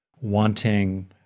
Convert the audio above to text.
wanting